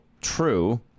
true –